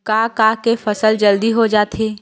का का के फसल जल्दी हो जाथे?